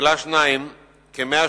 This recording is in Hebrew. ב"ידיעות